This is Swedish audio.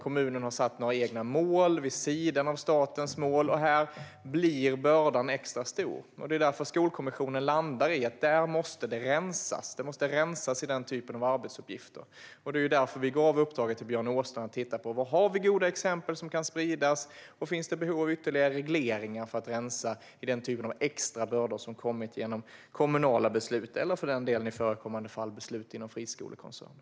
Kommunen har satt egna mål vid sidan av statens. Och här blir bördan extra stor. Skolkommissionen landar därför i att det måste rensas i den typen av arbetsuppgifter. Och därför gav vi Björn Åstrand i uppdrag att titta på var det finns goda exempel som kan spridas och om det finns behov av ytterligare regleringar för att rensa bland extra bördor som uppstått genom kommunala beslut eller i förekommande fall beslut inom friskolekoncerner.